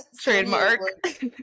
Trademark